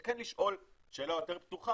זה כן לשאול שאלה יותר פתוחה,